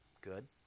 good